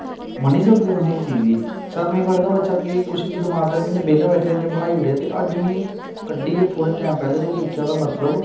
मन्नी सकदे हो तुस इस चीज गी सतमीं पढ़दा बच्चा के कुछ बी दमाक च इ'यां बेह्ला बैठा दा इ'यां बनाई ओड़ेआ ते अज्ज में कड्ढियै थोह्डे़ टैम पैह्लें ते ओह् दिक्खेआ मतलब